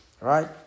Right